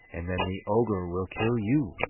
and then the ogre will kill you!